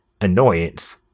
annoyance